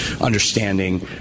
understanding